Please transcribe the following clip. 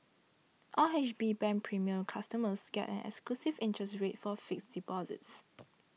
R H B Bank Premier customers get an exclusive interest rate for fixed deposits